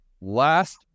Last